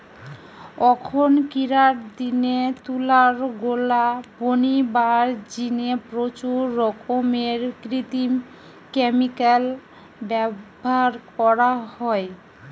অখনকিরার দিনে তুলার গোলা বনিবার জিনে প্রচুর রকমের কৃত্রিম ক্যামিকাল ব্যভার করা হয়